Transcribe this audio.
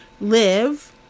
live